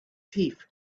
teeth